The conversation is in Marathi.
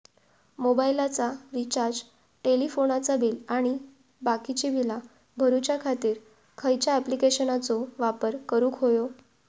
मोबाईलाचा रिचार्ज टेलिफोनाचा बिल आणि बाकीची बिला भरूच्या खातीर खयच्या ॲप्लिकेशनाचो वापर करूक होयो?